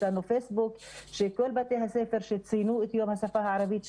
יש לנו פייסבוק של כל בתי הספר שציינו את יום השפה הערבית.